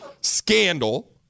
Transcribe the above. scandal